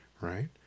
right